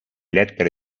lettere